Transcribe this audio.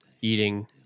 eating